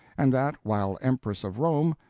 and that, while empress of rome,